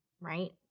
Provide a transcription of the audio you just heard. right